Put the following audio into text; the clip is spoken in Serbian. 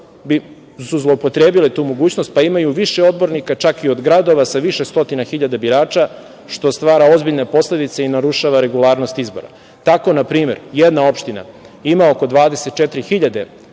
su zloupotrebile tu mogućnost, pa imaju više odbornika, čak i od gradova sa više stotina hiljada birača, što stvara ozbiljne posledice i narušava regularnost izbora. Tako, na primer, jedna opština ima oko 24.000